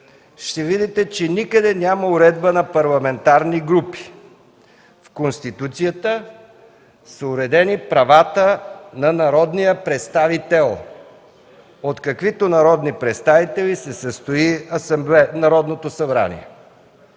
ще видите, че никъде няма уредба на парламентарни групи. В Конституцията са уредени правата на народния представител, от каквито народни представители се състои Народното събрание.